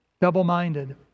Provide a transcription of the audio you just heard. Double-minded